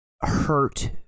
hurt